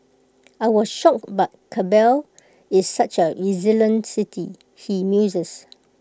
I was shocked but Kabul is such A resilient city he muses